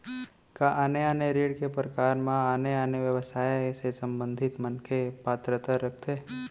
का आने आने ऋण के प्रकार म आने आने व्यवसाय से संबंधित मनखे पात्रता रखथे?